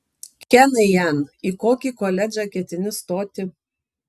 kenai jan į kokį koledžą ketini stoti